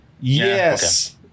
Yes